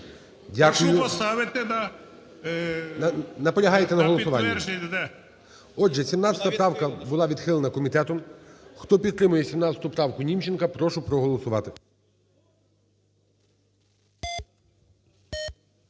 Наполягаєте на голосуванні? Отже, 17 правка була відхилена комітетом. Хто підтримує 17 правку Німченка, прошу проголосувати.